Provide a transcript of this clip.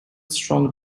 strong